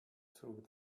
through